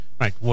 Right